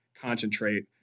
concentrate